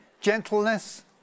gentleness